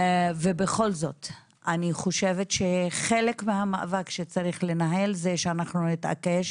ובכל זאת אני חושבת שחלק מהמאבק שצריך לנהל זה שאנחנו נתעקש